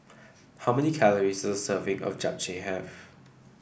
how many calories does a serving of Japchae have